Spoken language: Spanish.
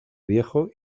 viejo